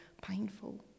painful